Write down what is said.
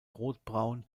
rotbraun